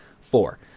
four